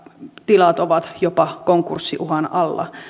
tilat ovat jopa konkurssiuhan alla